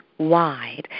wide